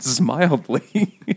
mildly